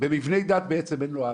דת בעצם אין לו אבא.